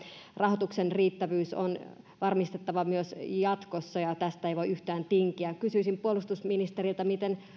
rahoituksen riittävyys on varmistettava myös jatkossa ja tästä ei voi yhtään tinkiä kysyisin puolustusministeriltä miten